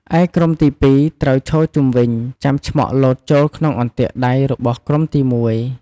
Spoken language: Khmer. ឯក្រុមទី២ ត្រូវឈរជុំវិញ ចាំឆ្មក់លោតចូលក្នុងអន្ទាក់ដៃរបស់ក្រុមទី១។